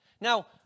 Now